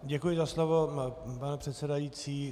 Děkuji za slovo, pane předsedající.